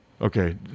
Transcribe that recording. Okay